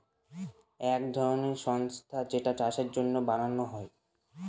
এক ধরনের সংস্থা যেইটা চাষের জন্য বানানো হয়